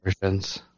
versions